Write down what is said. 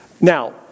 now